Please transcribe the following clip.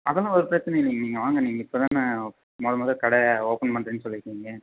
அதெல்லாம் ஒரு பிரச்சனையும் இல்லைங்க நீங்கள் வாங்க நீங்கள் இப்போ தானே முத முத கடை ஓப்பன் பண்ணுறேன்னு சொல்லிருக்கிங்க